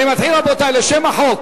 אני מתחיל, רבותי, לשם החוק,